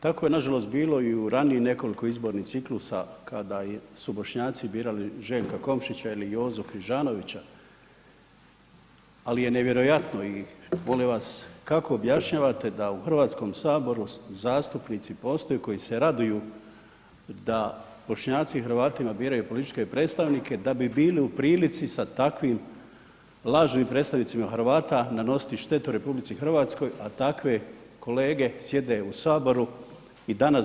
Tako je nažalost bilo i u ranijih nekoliko izbornih ciklusa kada su Bošnjaci birali Željka Komšića ili Jozu Križanovića ali je nevjerojatno i molim vas kako objašnjavate da u Hrvatskom saboru zastupnici postoje koji se raduju da Bošnjaci Hrvatima biraju političke predstavnike da bi bili u prilici sa takvim lažnim predstavnicima Hrvata nanositi štetu RH a takve kolege sjede u Saboru i danas govor ena sličan način.